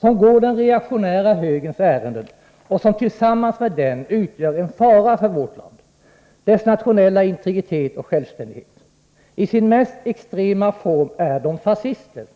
De går den reaktionära högerns ärenden och tillsammans med den utgör de en fara för vårt land, dess nationella integritet och självständighet. I sin mest extrema form är de fascister.